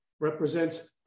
represents